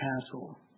castle